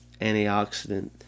antioxidant